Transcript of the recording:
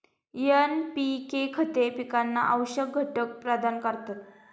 NPK खते पिकांना आवश्यक घटक प्रदान करतात